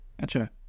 gotcha